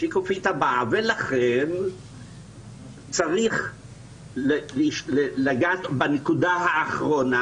ולכן צריך לגעת בנקודה האחרונה,